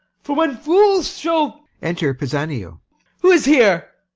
for when fools shall enter pisanio who is here?